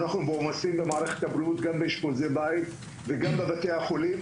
אנחנו בעומסים במערכת הבריאות גם באשפוזי בית וגם בבתי החולים,